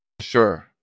Sure